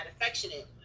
affectionate